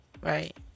Right